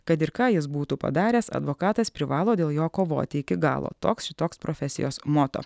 kad ir ką jis būtų padaręs advokatas privalo dėl jo kovoti iki galo toks toks profesijos moto